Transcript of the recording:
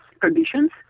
conditions